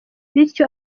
bityo